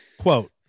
Quote